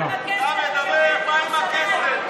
מה עם הכסף לעיריית ירושלים,